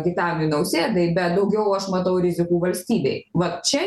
gitanui nausėdai bet daugiau aš matau rizikų valstybei vat čia